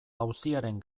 auziaren